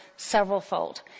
several-fold